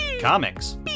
comics